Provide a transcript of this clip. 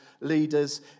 leaders